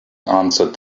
answered